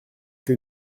que